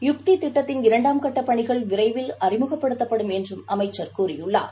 யுக்தி ஃதிட்டத்தின் இரண்டாம் கட்டப் பணிகள் விரைவில் அறிமுகப்படுத்தப்படும் என்றுஅமைச்சர் கூறிளார்